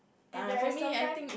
and there are sometime